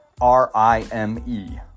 R-I-M-E